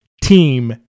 team